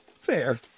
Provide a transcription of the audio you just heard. Fair